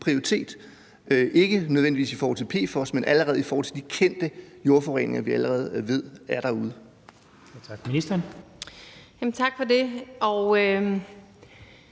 formål, ikke nødvendigvis i forhold til PFOS, men i forhold til de kendte jordforureninger, vi allerede ved er derude. Kl. 12:55 Den fg.